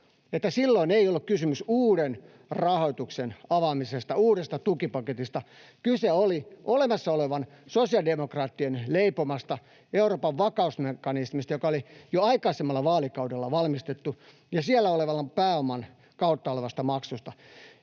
silloin ei ollut kysymys uuden rahoituksen avaamisesta, uudesta tukipaketista. Kyse oli olemassa olevasta, sosiaalidemokraattien leipomasta Euroopan vakausmekanismista, joka oli jo aikaisemmalla vaalikaudella valmistettu ja siellä olevan pääoman kautta olevasta maksusta.